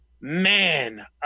Man